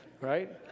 right